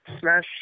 Smash